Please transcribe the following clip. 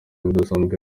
budasanzwe